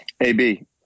AB